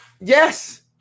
yes